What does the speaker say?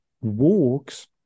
walks